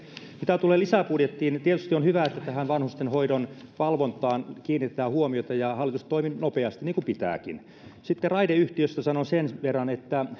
mitä tulee lisäbudjettiin niin tietysti on hyvä että tähän vanhustenhoidon valvontaan kiinnitetään huomiota hallitus toimi nopeasti niin kuin pitääkin sitten raideyhtiöstä sanon sen verran että